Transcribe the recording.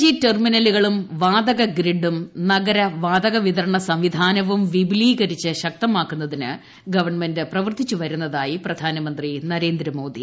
G ടെർമിനലുകളും വാതക ഗ്രിഡും നഗരവാതക വിതരണ സംവിധാനവും വിപുലീകരിച്ച് ശക്തമാക്കുന്നതിന് ഗവൺമെന്റ് പ്രവർത്തിച്ചു പ്രുന്നതായി പ്രധാനമന്ത്രി നരേന്ദ്രമോദി